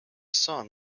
song